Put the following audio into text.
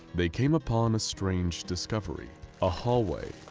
they came upon a strange discovery a hallway,